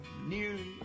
Nearly